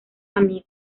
amigos